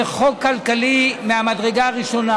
זה חוק כלכלי מהמדרגה הראשונה.